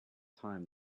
time